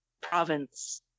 province